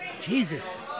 Jesus